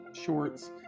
shorts